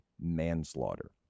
Manslaughter